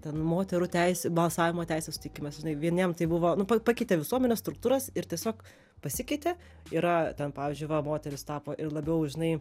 ten moterų teisė balsavimo teisės suteikimas vieniem tai buvo pakeitė visuomenės struktūras ir tiesiog pasikeitė yra ten pavyzdžiui va moteris tapo ir labiau žinai